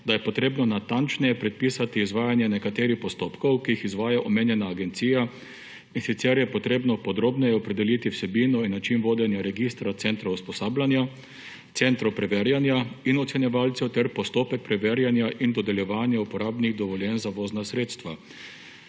da je potrebno natančneje predpisati izvajanje nekaterih postopkov, ki jih izvaja omenjena agencija. In sicer je potrebno podrobneje opredeliti vsebino in način vodenja registra centrov usposabljanja, centrov preverjanja in ocenjevalcev ter postopek preverjanja in dodeljevanja uporabnih dovoljenj za vozna sredstva. Omenjena